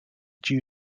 due